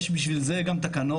יש בשביל זה גם תקנות,